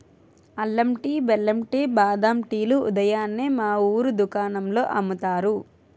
అల్లం టీ, బెల్లం టీ, బాదం టీ లు ఉదయాన్నే మా వూరు దుకాణాల్లో అమ్ముతారు